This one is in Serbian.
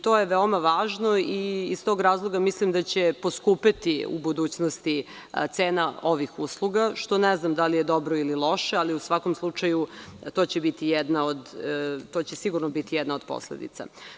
To je veoma važno i iz tog razloga mislim da će poskupeti u budućnosti cena ovih usluga, što ne znam da li je dobro ili loše, ali u svakom slučaju će to sigurno biti jedna od posledica.